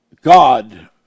God